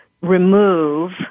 remove